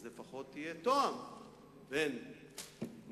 אז לפחות יהיה תואם בין מעשים